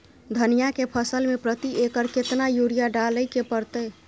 धनिया के फसल मे प्रति एकर केतना यूरिया डालय के परतय?